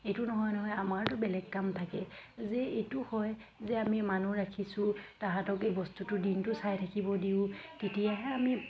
এইটো নহয় নহয় আমাৰতো বেলেগ কাম থাকে যে এইটো হয় যে আমি মানুহ ৰাখিছোঁ তাহাঁতক এই বস্তুটো দিনটো চাই থাকিব দিওঁ তেতিয়াহে আমি